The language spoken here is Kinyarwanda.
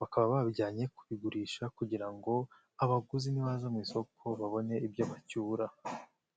Bakaba babijyanye kubigurisha kugira ngo abaguzi nibaza mu isoko babone ibyo bacyura.